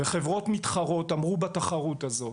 חברות מתחרות אמרו בתחרות הזו,